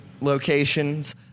locations